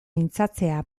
mintzatzea